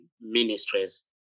ministries